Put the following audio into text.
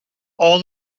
all